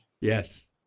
yes